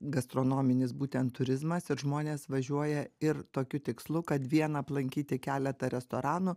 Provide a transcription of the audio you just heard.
gastronominis būtent turizmas ir žmonės važiuoja ir tokiu tikslu kad vien aplankyti keletą restoranų